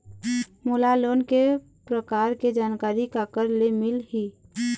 मोला लोन के प्रकार के जानकारी काकर ले मिल ही?